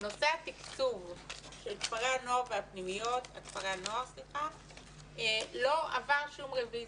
נושא התקצוב של כפרי הנוער לא עבר שום רביזיה.